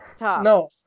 No